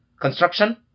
construction